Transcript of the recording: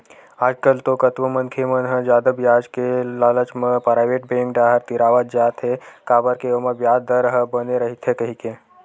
आजकल तो कतको मनखे मन ह जादा बियाज के लालच म पराइवेट बेंक डाहर तिरावत जात हे काबर के ओमा बियाज दर ह बने रहिथे कहिके